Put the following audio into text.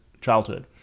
childhood